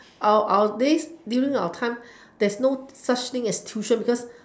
our our days during our time there's no such thing as tuition because